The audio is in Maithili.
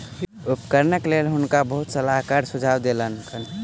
उपकरणक लेल हुनका बहुत सलाहकार सुझाव देलकैन